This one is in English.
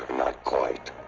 not quite.